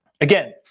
again